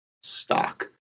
stock